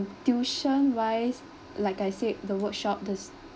tuition wise like I say the workshop this